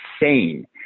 insane